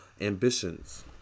ambitions